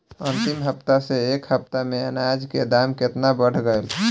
अंतिम हफ्ता से ए हफ्ता मे अनाज के दाम केतना बढ़ गएल?